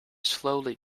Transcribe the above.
slowly